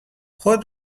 خود